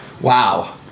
Wow